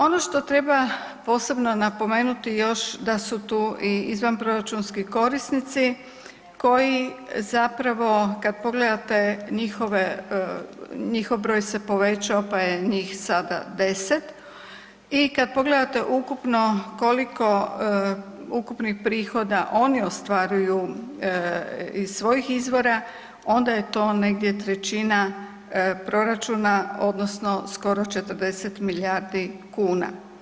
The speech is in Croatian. Ono što treba posebno napomenuti još da su tu i izvanproračunski korisnici koji zapravo kada pogledate njihov broj se povećao pa je njih sada 10 i kada pogledate ukupno koliko ukupnih prihoda oni ostvaruju iz svojih izvora onda je to negdje 1/3 proračuna odnosno skoro 40 milijardi kuna.